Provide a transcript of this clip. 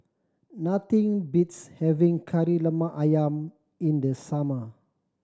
nothing beats having Kari Lemak Ayam in the summer